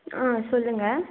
சொல்லுங்கள்